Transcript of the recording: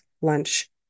lunch